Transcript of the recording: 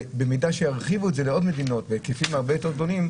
במידה שירחיבו את זה לעוד מדינות בהיקפים הרבה יותר גדול,